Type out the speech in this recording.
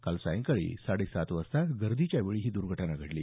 काल सायंकाळी साडे सात वाजता गर्दींच्या वेळी ही दर्घटना घडली